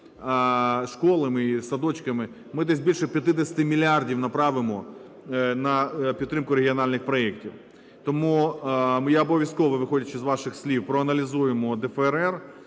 школами, і садочками, - ми десь більше 50 мільярдів направимо на підтримку регіональних проектів. Тому я обов'язково, виходячи з ваших слів, проаналізуємо ДФРР.